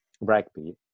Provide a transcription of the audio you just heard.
rugby